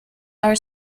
our